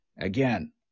Again